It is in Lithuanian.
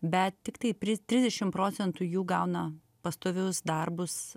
bet tiktai pri trisdešim procentų jų gauna pastovius darbus